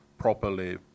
properly